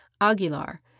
Aguilar